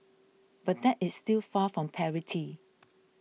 but that is still far from parity